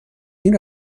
این